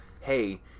hey